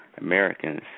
Americans